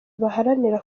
baharanira